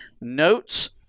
notes